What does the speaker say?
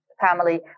family